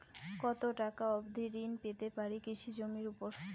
কত টাকা অবধি ঋণ পেতে পারি কৃষি জমির উপর?